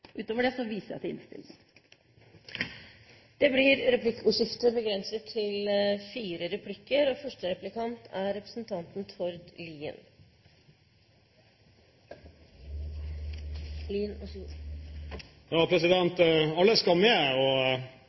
Utover det viser jeg til innstillingen. Det blir replikkordskifte «Alle skal med.»